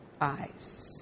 eyes